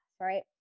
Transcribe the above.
right